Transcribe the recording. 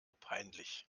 peinlich